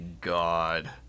god